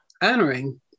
honoring